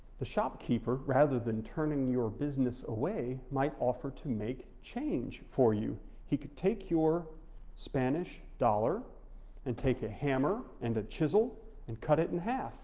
the shopkeeper rather than turning your business away, might offer to make change for you. he could take your spanish dollar and take a hammer and a chisel and cut it in half